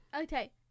Okay